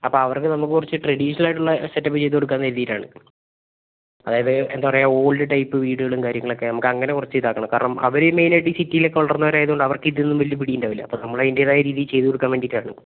അപ്പം അവർക്ക് നമുക്ക് കുറച്ച് ട്രഡീഷണൽ ആയിട്ടുള്ള സെറ്റപ്പ് ചെഇതുകൊടുക്കാൻ കരുതിയിട്ടാണ് അതായത് എന്താണ് പറയുക ഓൾഡ് ടൈപ്പ് വീഡിയോകളും കാര്യങ്ങൾ ഒക്കെ നമുക്ക് അങ്ങനെ കുറച്ച് ഇതാക്കണം കാരണം അവർ മെയിൻ ആയിട്ട് ഈ സിറ്റിയിൽ ഒക്കെ വളർന്നവർ ആയതുകൊണ്ട് അവർക്ക് ഇതൊന്നും വലിയ പിടി ഉണ്ടാവില്ല അപ്പം നമ്മൾ അതിന്റേതായ രീതിയിൽ ചെയ്ത് കൊടുക്കാൻ വേണ്ടിയിട്ടാണ്